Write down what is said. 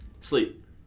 sleep